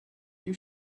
you